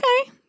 Okay